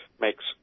makes